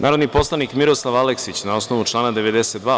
Narodni poslanik Miroslav Aleksić, na osnovu člana 92.